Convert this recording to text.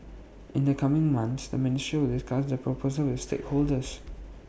in the coming months the ministry will discuss the proposal with stakeholders